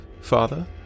father